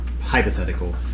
hypothetical